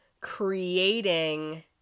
creating